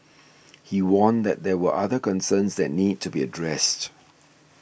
he warned that there were other concerns that need to be addressed